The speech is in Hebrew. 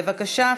בבקשה,